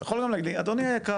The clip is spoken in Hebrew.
אתה יכול גם להגיד לי, אדוני היקר,